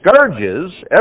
scourges